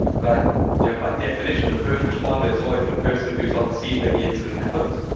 but yeah by definition, the first responder is always the person who's on the scene when the incident happens